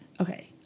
Okay